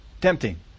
tempting